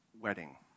Wedding